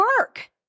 work